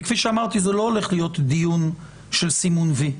וכפי שאמרתי זה לא הולך להיות דיון של סימון וי,